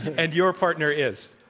and your partner is?